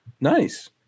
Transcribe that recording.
Nice